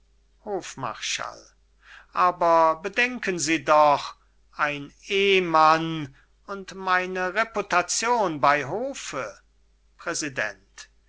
hofmarschall aber bedenken sie doch ein ehmann und meine reputation bei hofe präsident